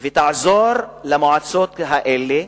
ויעזרו למועצות האלה,